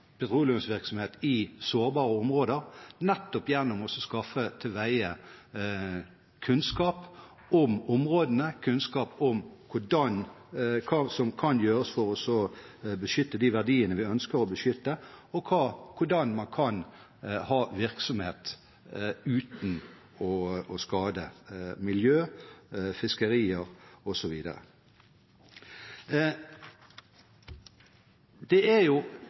petroleumsvirksomhet i sårbare områder nettopp gjennom å skaffe til veie kunnskap om områdene, kunnskap om hva som kan gjøres for å beskytte de verdiene vi ønsker å beskytte, og hvordan man kan ha virksomhet uten å skade miljø, fiskerier osv. Det er